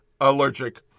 allergic